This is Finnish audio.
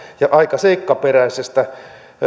ja aika seikkaperäisestä